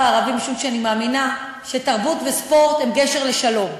הערבי משום שאני מאמינה שתרבות וספורט הם גשר לשלום.